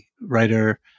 writer